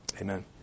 Amen